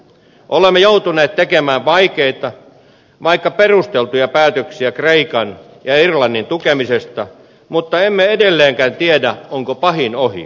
olemme joutuneet tekemään vaikeita vaikka perusteltuja päätöksiä kreikan ja irlannin tukemisesta mutta emme edelleenkään tiedä onko pahin ohi